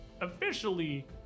officially